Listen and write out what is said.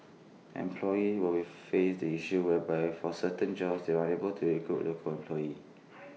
employee will we face the issue whereby for certain jobs they are unable to recruit local employees